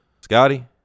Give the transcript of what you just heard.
scotty